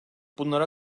bunlara